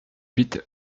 huit